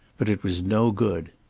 but it was no good.